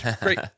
great